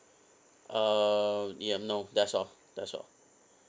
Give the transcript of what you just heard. uh ya no that's all that's all